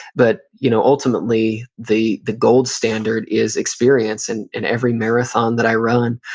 but you know ultimately the the gold standard is experience. and and every marathon that i run,